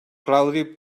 claudi